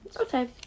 Okay